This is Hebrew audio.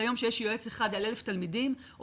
היום כשיש יועץ אחד על 1,000 תלמידים או